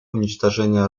уничтожения